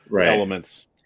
elements